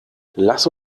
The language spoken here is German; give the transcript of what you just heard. lass